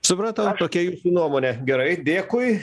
supratau tokia jūsų nuomonė gerai dėkui